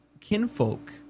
Kinfolk